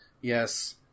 Yes